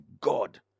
God